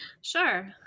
Sure